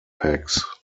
packs